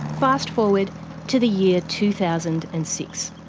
fast forward to the year two thousand and six.